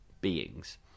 beings